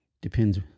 depends